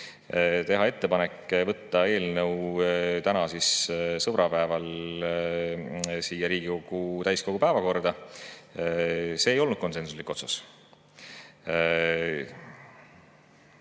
Teha ettepanek võtta eelnõu täna, sõbrapäeval, Riigikogu täiskogu päevakorda. See ei olnud konsensuslik otsus,